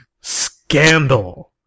scandal